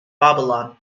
babylon